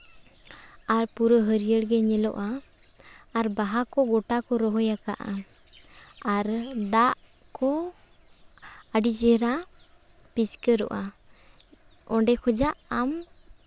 ᱟᱨ ᱯᱩᱨᱟᱹ ᱦᱟᱹᱨᱭᱟᱹᱲ ᱜᱮ ᱧᱮᱞᱚᱜᱼᱟ ᱟᱨ ᱵᱟᱦᱟ ᱠᱚ ᱜᱚᱴᱟ ᱠᱚ ᱨᱚᱦᱚᱭᱟᱠᱟᱫᱼᱟ ᱟᱨ ᱫᱟᱜ ᱠᱚ ᱟᱹᱰᱤ ᱪᱮᱦᱨᱟ ᱯᱤᱪᱠᱟᱹᱨᱚᱜᱼᱟ ᱚᱸᱰᱮ ᱠᱷᱚᱱᱟᱜ ᱟᱢ